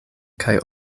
kaj